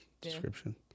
description